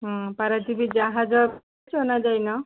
ହଁ ପାରାଦ୍ୱୀପ ଯାହାଜ ଯାଇଛ ନା ଯାଇନ